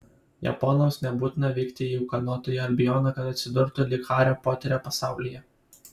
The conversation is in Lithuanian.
japonams nebūtina vykti į ūkanotąjį albioną kad atsidurtų lyg hario poterio pasaulyje